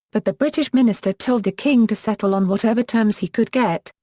but the british minister told the king to settle on whatever terms he could get,